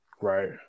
Right